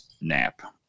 nap